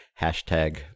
hashtag